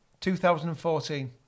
2014